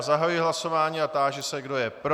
Zahajuji hlasování a táži se, kdo je pro.